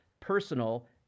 personal